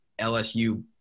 LSU